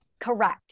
Correct